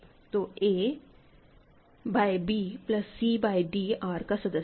तो a by b plus c by d R का सदस्य है